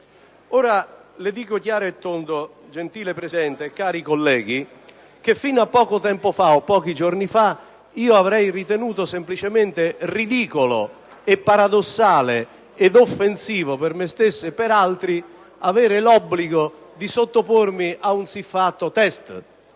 Dico chiaramente, gentile signora Presidente, cari colleghi, che fino a pochi giorni fa io avrei ritenuto semplicemente ridicolo, paradossale e offensivo, per me stesso e per altri, avere l'obbligo di sottopormi a un siffatto test,